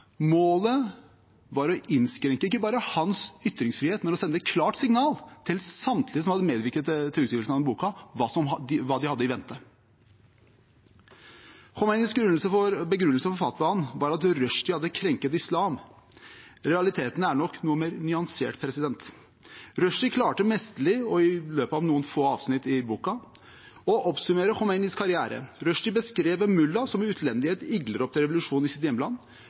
Målet var ikke bare å innskrenke hans ytringsfrihet, men å sende et klart signal til samtlige som hadde medvirket til utgivelsen av den boken, om hva de hadde i vente. Khomeinis begrunnelse for fatwaen var at Rushdie hadde krenket islam. Realiteten er nok noe mer nyansert. Rushdie klarte mesterlig, i løpet av noen få avsnitt i boken, å oppsummere Khomeinis karriere. Rushdie beskrev en mulla som i utlendighet vigler opp til revolusjon i sitt hjemland. Når revolusjonen lykkes og han kommer tilbake til makten i sitt eget hjemland,